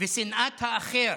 ושנאת האחר,